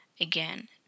again